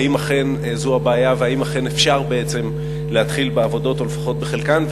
האם אכן זו הבעיה והאם אכן אפשר להתחיל בעבודות או לפחות בחלקן.